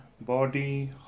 body